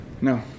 No